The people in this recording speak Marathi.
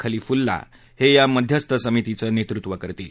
खलिफुल्ला हे या मध्यस्थ समितीचं नेतृत्व करतील